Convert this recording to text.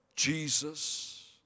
Jesus